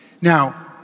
Now